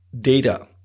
data